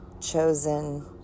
chosen